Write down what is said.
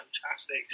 fantastic